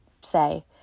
say